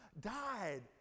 died